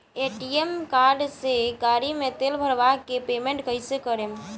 ATM card से गाड़ी मे तेल भरवा के पेमेंट कैसे करेम?